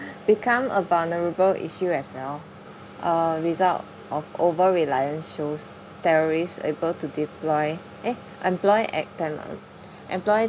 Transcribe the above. become a vulnerable issue as well uh result of over reliance shows terrorists able to deploy eh employ employ